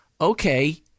okay